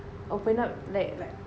open up like